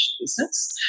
business